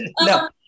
No